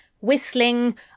Whistling